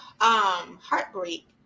heartbreak